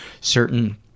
certain